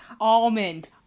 almond